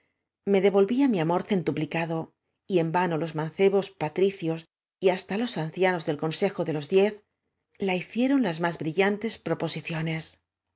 me devolvía mi amor centuplicado yen vano los mancebos pa tricios y hasta los ancianos dei consejo de los diez la hicieron las más brillantes proposicione